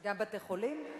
גם בתי-חולים?